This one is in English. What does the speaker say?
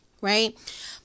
right